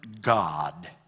God